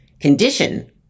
Condition